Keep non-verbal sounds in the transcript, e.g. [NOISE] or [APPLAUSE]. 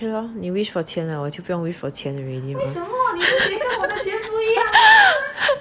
okay lor 你 wish for 钱 ah 我就不用 wish for 钱 already [LAUGHS]